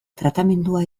tratamendua